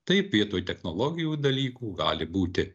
taip vietoj technologijų dalykų gali būti